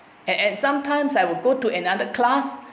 and sometimes I will go to another class